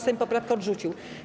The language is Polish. Sejm poprawkę odrzucił.